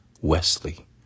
Wesley